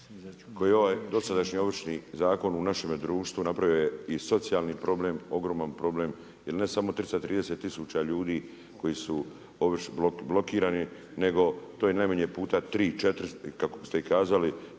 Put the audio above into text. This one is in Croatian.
koje je ovaj dosadašnji Ovršni zakon u našemu društvu napravio je i socijalni problem, ogroman problem i ne samo 330 tisuća ljudi koji su blokirani nego to je najmanje puta 3, 4, kako ste kao